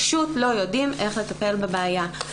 פשוט לא יודעים איך לטפל בבעיה.